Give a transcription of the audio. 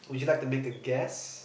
would you like to make a guess